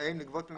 האם לגבות ממנו.